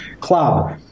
club